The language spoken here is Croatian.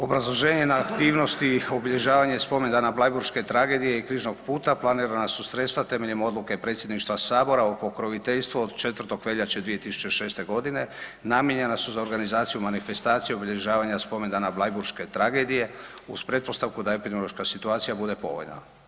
Obrazloženje na aktivnosti obilježavanja spomendana bleiburške tragedije i Križnog puta planirana su sredstva temeljem Odluke Predsjedništva Sabora ... od 4. veljače 2006. g. Namijenjena su za organizaciju manifestacije obilježavanja spomendana bleiburške tragedije uz pretpostavku da epidemiološka situacija bude povoljna.